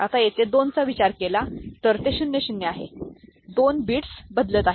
आता येथे 2 चा विचार केला तर ते 0 0 आहे 2 बिट्स बदलत आहेत